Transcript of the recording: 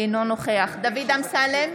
אינו נוכח דוד אמסלם,